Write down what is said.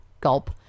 Gulp